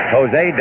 Jose